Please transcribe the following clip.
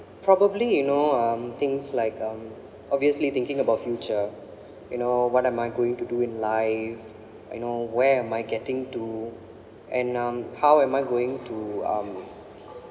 probably you know um things like um obviously thinking about future you know what am I going to do in life you know where am I getting to and um how am I going to um